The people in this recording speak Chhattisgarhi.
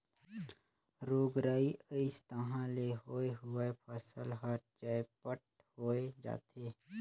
रोग राई अइस तहां ले होए हुवाए फसल हर चैपट होए जाथे